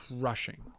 crushing